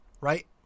right